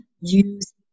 use